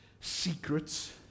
secrets